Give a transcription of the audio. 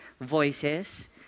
voices